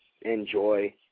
enjoy